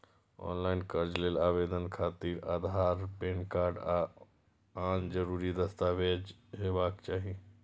ऑनलॉन कर्ज लेल आवेदन खातिर आधार, पैन कार्ड आ आन जरूरी दस्तावेज हेबाक चाही